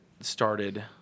started